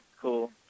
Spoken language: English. Cool